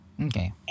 Okay